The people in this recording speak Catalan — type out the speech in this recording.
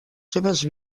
seves